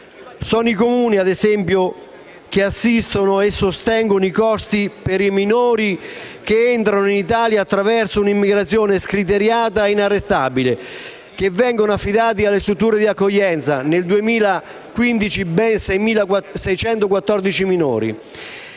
Sono i Comuni - ad esempio - che assistono e sostengono i costi per i minori che entrano in Italia attraverso un'immigrazione scriteriata e inarrestabile e che vengono affidati alle strutture di accoglienza. Nel 2015 si è trattato